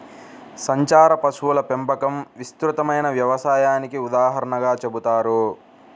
సంచార పశువుల పెంపకం విస్తృతమైన వ్యవసాయానికి ఉదాహరణగా చెబుతారు